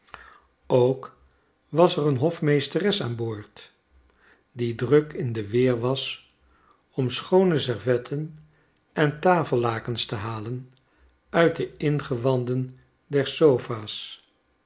ook was er een hofmeesteres aan boord die druk in de weer was om schoone servetten en tafellakens te halen uit deingewandender sofa's